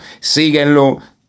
Síguenlo